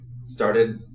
started